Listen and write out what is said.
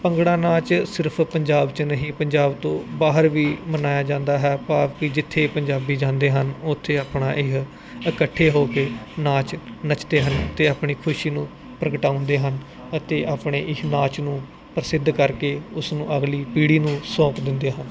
ਭੰਗੜਾ ਨਾਚ ਸਿਰਫ ਪੰਜਾਬ ਚ ਨਹੀਂ ਪੰਜਾਬ ਤੋਂ ਬਾਹਰ ਵੀ ਮਨਾਇਆ ਜਾਂਦਾ ਹੈ ਭਾਵ ਕਿ ਜਿੱਥੇ ਪੰਜਾਬੀ ਜਾਂਦੇ ਹਨ ਉਥੇ ਆਪਣਾ ਇਹ ਇਕੱਠੇ ਹੋ ਕੇ ਨਾਚ ਨੱਚਦੇ ਹਨ ਤੇ ਆਪਣੀ ਖੁਸ਼ੀ ਨੂੰ ਪ੍ਰਗਟਾਉਣ ਦੇ ਹਨ ਅਤੇ ਆਪਣੇ ਇਸ ਨਾਚ ਨੂੰ ਪ੍ਰਸਿੱਧ ਕਰਕੇ ਉਸ ਨੂੰ ਅਗਲੀ ਪੀੜੀ ਨੂੰ ਸੌਪ ਦਿੰਦੇ ਹਨ